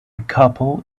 couple